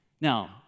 Now